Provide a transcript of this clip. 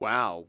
Wow